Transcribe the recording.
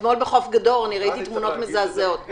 אתמול בחוף גדור ראיתי תמונות מזעזעות.